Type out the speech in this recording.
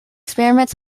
experiments